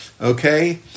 okay